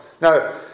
Now